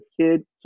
kid